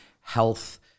health